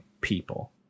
people